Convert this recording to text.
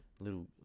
Little